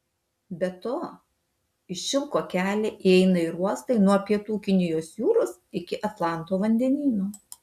be to į šilko kelią įeina ir uostai nuo pietų kinijos jūros iki atlanto vandenyno